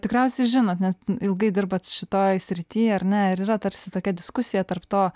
tikriausiai žinot nes ilgai dirbant šitoj srity ar ne ir yra tarsi tokia diskusija tarp to